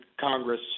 Congress